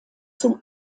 zum